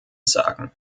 sagen